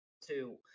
two